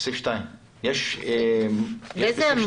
באיזה עמוד?